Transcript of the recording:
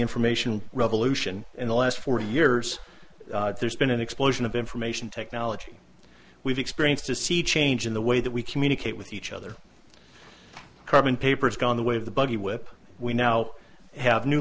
information revolution in the last forty years there's been an explosion of information technology we've experienced a sea change in the way that we communicate with each other carbon paper has gone the way of the buggy whip we now have new